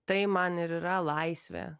tai man ir yra laisvė